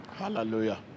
Hallelujah